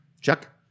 Chuck